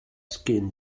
skin